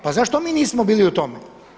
Pa zašto mi nismo bili u tome?